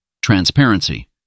Transparency